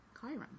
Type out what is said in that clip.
Chiron